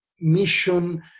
mission